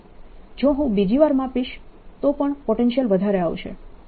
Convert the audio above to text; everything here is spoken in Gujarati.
જો હું બીજી વાર માપીશ તો પણ પોટેન્શિયલ વધારે આવશે